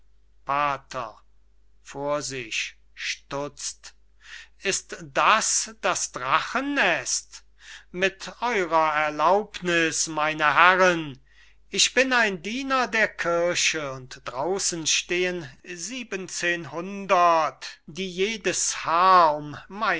stutzt ist das das drachen nest mit eurer erlaubniß meine herren ich bin ein diener der kirche und draussen stehen siebenzehnhundert die jedes haar